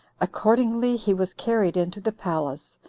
accordingly he was carried into the palace,